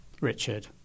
Richard